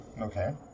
Okay